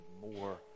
more